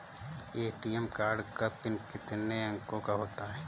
ATM card का pin कितने अंकों का होता है?